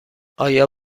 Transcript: آیا